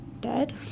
dead